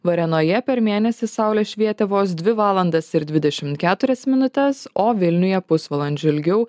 varėnoje per mėnesį saulė švietė vos dvi valandas ir dvidešimt keturias minutes o vilniuje pusvalandžiu ilgiau